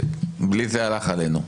בלי זה הלך עלינו.